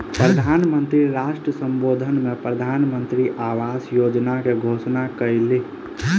प्रधान मंत्री राष्ट्र सम्बोधन में प्रधानमंत्री आवास योजना के घोषणा कयलह्नि